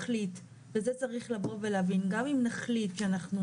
צריך לבוא ולהבין: גם אם נחליט שאנחנו